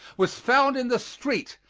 was found in the street,